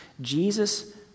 Jesus